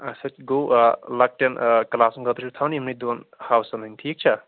اَسا گوٚو آ لۄکٕٹیٚن آ کٕلاسن چھُ تھوان یِمنٕے دۅن ہاوسَن ہٕنٛدۍ ٹھیٖک چھا